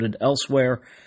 elsewhere